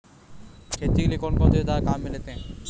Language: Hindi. खेती के लिए कौनसे औज़ार काम में लेते हैं?